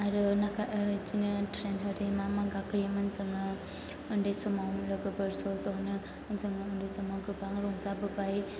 आरो बिदिनो ट्रेन आरि मा मा गाखोयोमोन जोङो उन्दै समाव लोगोफोर ज'ज'नो जोङो उन्दै समाव गोबां रंजाबोबाय